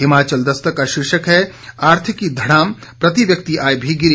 हिमाचल दस्तक का शीर्षक है आर्थिकी धड़ाम प्रति व्यक्ति आय भी गिरी